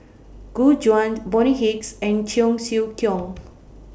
Gu Juan Bonny Hicks and Cheong Siew Keong